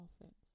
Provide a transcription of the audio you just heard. offense